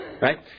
right